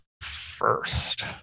first